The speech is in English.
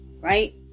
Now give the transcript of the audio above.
right